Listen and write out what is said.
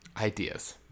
ideas